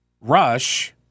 Rush